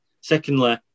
Secondly